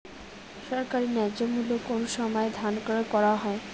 সরকারি ন্যায্য মূল্যে কোন সময় ধান ক্রয় করা হয়?